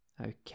Okay